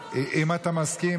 אם אתה מסכים,